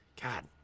god